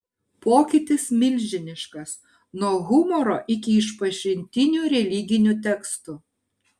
pokytis milžiniškas nuo humoro iki išpažintinių religinių tekstų